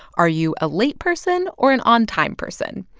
are you a late person or an on-time person?